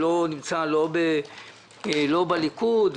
שלא יהיה את הסיפור של היטל היצף,